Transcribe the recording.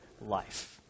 life